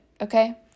Okay